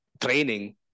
training